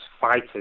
fighters